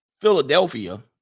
Philadelphia